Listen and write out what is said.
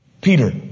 Peter